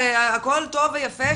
הכול טוב ויפה,